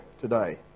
today